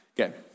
Okay